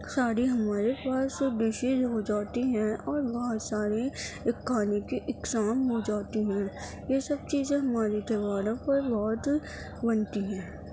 ساری ہمارے پاس ڈشیں ہوجاتی ہیں اور بہت سارے کھانے کے اقسام ہوجاتی ہیں یہ سب چیزیں ہماری تہواروں پر بہت بنتی ہیں